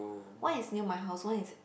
one is near my house one is